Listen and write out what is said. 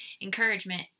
Encouragement